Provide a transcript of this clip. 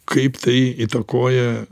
kaip tai įtakoja